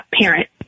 parent